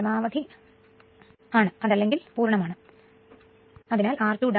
അതുകൊണ്ട് തന്നെ നമ്മൾ നേരത്തെ പഠിച്ചത് പോലെ r2x 2 SS max T ആയിരിക്കും